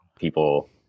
people